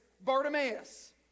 Bartimaeus